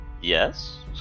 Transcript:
Yes